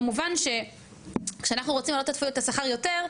כמובן שכשאנחנו רוצים להעלות אפילו את השכר יותר,